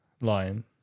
Lion